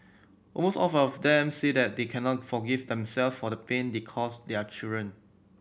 almost all of them say they cannot forgive themselves for the pain they cause their children